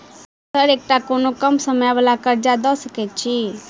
Sir एकटा कोनो कम समय वला कर्जा दऽ सकै छी?